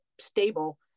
stable